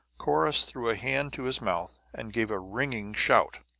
corrus threw a hand to his mouth and gave a ringing shout.